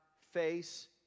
face